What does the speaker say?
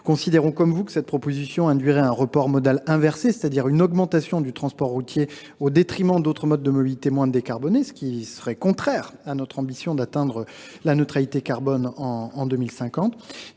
la sénatrice, que cette proposition induirait un report modal inversé, autrement dit une augmentation du transport routier au détriment d’autres modes de mobilité moins carbonés, ce qui serait contraire à notre ambition d’atteindre la neutralité carbone en 2050.